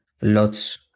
lots